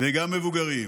וגם של מבוגרים,